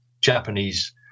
Japanese